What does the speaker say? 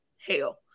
Hell